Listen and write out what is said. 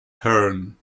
herne